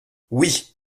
oui